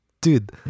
dude